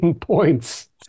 points